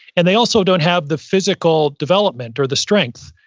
and they also don't have the physical development or the strength,